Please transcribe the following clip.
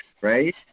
right